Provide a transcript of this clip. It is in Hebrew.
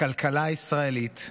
הכלכלה הישראלית,